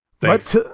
Thanks